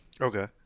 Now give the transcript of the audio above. Okay